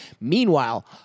Meanwhile